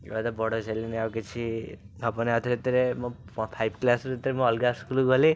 ଏବେ ତ ବଡ଼ ହେଇ ସାରିଲୁଣି ଆଉ କିଛି ହବନି ଆଉଥରେ ଯେତେବେଳେ ମୁଁ ଫାଇଭ୍ କ୍ଲାସ୍ରେ ଯେତେବେଳେ ମୁଁ ଅଲଗା ସ୍କୁଲ୍କୁ ଗଲି